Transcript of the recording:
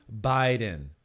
Biden